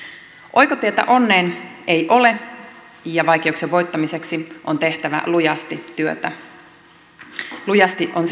oikotietä onneen ei ole ja vaikeuksien voittamiseksi on tehtävä lujasti työtä lujasti on